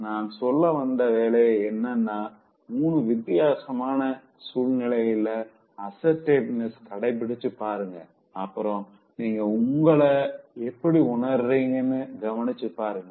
நான் சொல்ல வந்த வேலை என்னன்னா மூனு வித்தியாசமான சூழ்நிலையில அசர்ட்டிவ்னஸ கடைபிடிச்சு பாருங்க அப்புறம் நீங்க உங்கள எப்படி உணர்ரிங்கனு கவனிச்சு பாருங்க